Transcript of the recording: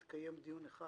התקיים דיון אחד